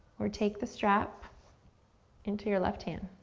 or take the strap into your left hand.